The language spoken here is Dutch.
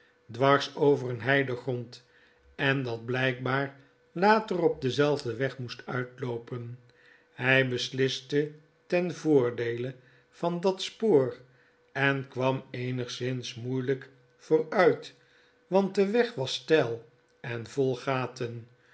dwars over een heidegrond en dat blykbaar later op denzelfden weg moest uitloopen hij besliste ten voordeele van dat spoor en kwam eenigszins moeielp vooruit want de weg was steil en vol gaten